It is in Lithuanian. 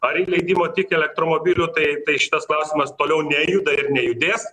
ar įleidimo tik elektromobilių tai tai šitas klausimas toliau nejuda ir nejudės